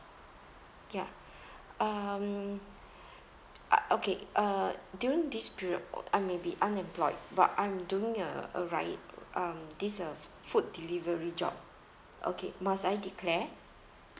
ya um uh okay uh during this period I may be unemployed but I'm doing a a rid~ um this uh f~ food delivery job okay must I declare